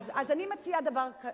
אני מציעה דבר כזה.